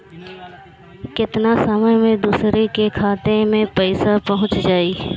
केतना समय मं दूसरे के खाता मे पईसा पहुंच जाई?